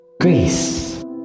grace